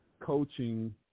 coaching –